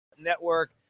Network